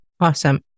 Awesome